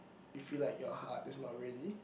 you feel like your heart is not ready